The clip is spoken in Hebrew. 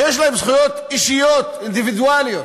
שיש להם זכויות אישיות, אינדיבידואליות.